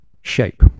shape